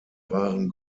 waren